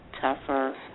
tougher